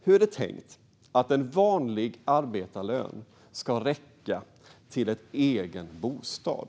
Hur är det tänkt att en vanlig arbetarlön ska räcka till en egen bostad?